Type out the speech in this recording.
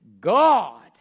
God